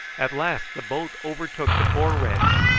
at last the boat overtook the poor wretch,